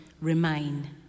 remain